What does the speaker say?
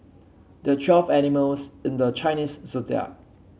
there are twelve animals in the Chinese Zodiac